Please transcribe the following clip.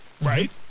Right